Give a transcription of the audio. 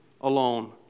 alone